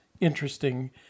interesting